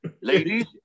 Ladies